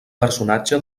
personatge